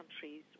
countries